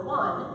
one